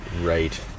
right